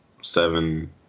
seven